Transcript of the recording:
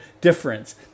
difference